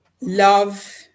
love